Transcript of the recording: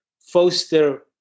foster